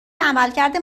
عملکرد